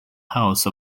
house